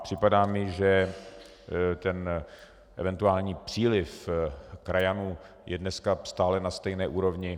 Připadá mi, že eventuální příliv krajanů je dneska stále na stejné úrovni.